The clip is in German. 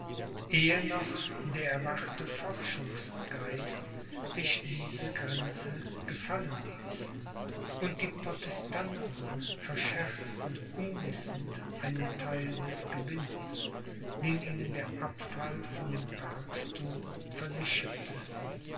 ehe noch der erwachte forschungsgeist sich diese grenze gefallen ließ und die protestanten verscherzten unwissend einen theil des gewinns den ihnen der abfall von dem papstthum versicherte